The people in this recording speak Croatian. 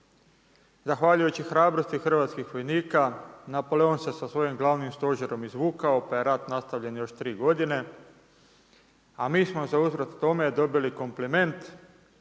Zahvaljujući hrabrosti hrvatskih vojnika Napoleon se sa svojim glavnim stožerom izvukao, pa je rat nastavljen još 3 godine, a mi smo za uzvrat tome, dobili kompliment,